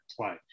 play